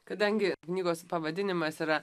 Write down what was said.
kadangi knygos pavadinimas yra